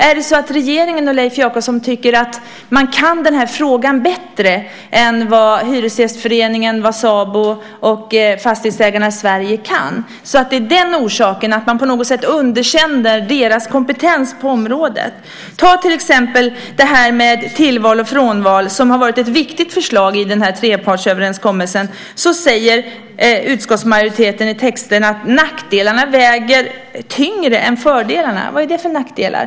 Är det så att regeringen och Leif Jakobsson tycker sig kunna frågan bättre än vad Hyresgästföreningen, SABO och Fastighetsägarna Sverige kan, så att det är orsaken till att man på något sätt underkänner deras kompetens på området? Ta till exempel det här med tillval och frånval som har varit ett viktigt förslag i trepartsöverenskommelsen. Utskottsmajoriteten säger i betänkandetexten att nackdelarna väger tyngre än fördelarna. Vad är det för nackdelar?